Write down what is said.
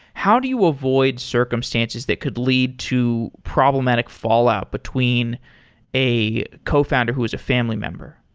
how do you avoid circumstances that could lead to problematic fallout between a cofounder who is a family member?